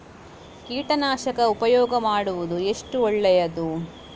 ಕೀಟನಾಶಕ ಉಪಯೋಗ ಮಾಡುವುದು ಎಷ್ಟು ಒಳ್ಳೆಯದು?